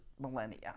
millennia